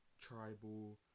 Tribal